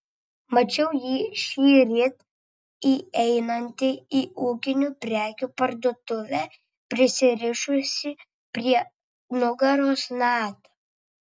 mačiau jį šįryt įeinantį į ūkinių prekių parduotuvę prisirišusį prie nugaros natą